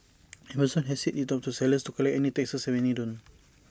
Amazon has said it's up to the sellers to collect any taxes and many don't